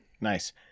Nice